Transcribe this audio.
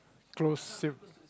close same